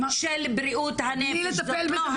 בלי לטפל בזה